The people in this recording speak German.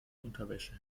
unterwäsche